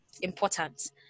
important